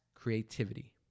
creativity